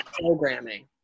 programming